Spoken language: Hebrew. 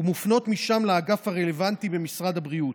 ומופנות משם לאגף הרלוונטי במשרד הבריאות.